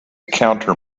counter